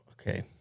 Okay